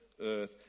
earth